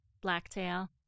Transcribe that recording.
Blacktail